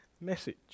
message